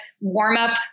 warm-up